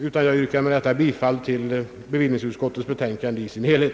Jag yrkar bifall till bevillningsutskottets betänkande i dess helhet.